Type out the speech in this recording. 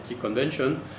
convention